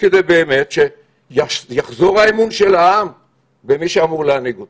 כדי שבאמת יחזור האמון של העם במי שאמור להנהיג אותו.